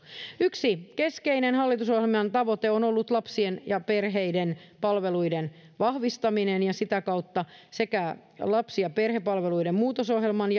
yksi keskeinen hallitusohjelman tavoite on ollut lapsien ja perheiden palveluiden vahvistaminen ja sitä kautta lapsi ja perhepalveluiden muutosohjelman